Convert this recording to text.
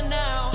now